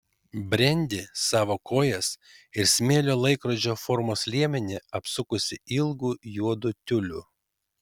brendi savo kojas ir smėlio laikrodžio formos liemenį apsukusi ilgu juodu tiuliu